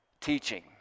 teaching